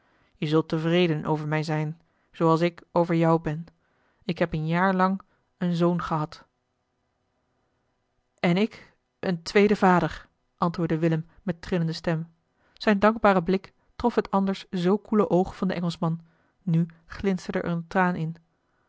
je zult tevreden over mij zijn zooals ik over jou ben ik heb een jaar lang een zoon gehad en ik een tweeden vader antwoordde willem met trillende stem zijn dankbare blik trof het anders zoo koele oog van den engelschman nu glinsterde er een traan in